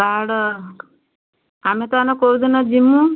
card ଆମେ ତାନେ କୋଉଦିନ ଯିମୁ